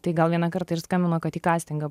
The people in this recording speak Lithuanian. tai gal vieną kartą ir skambino kad į kastingą